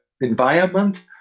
environment